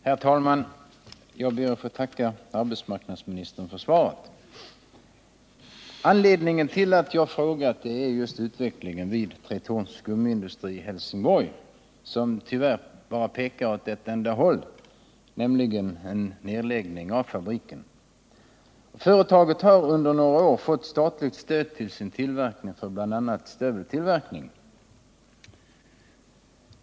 Herr talman! Jag ber att få tacka arbetsmarknadsministern för svaret. Anledningen till min fråga är just utvecklingen vid Tretorns gummiindustri i Helsingborg som tyvärr bara pekar åt ett enda håll, nämligen åt en nedläggning av fabriken. Företaget har under några år fått statligt stöd för sin tillverkning av bl.a. stövlar.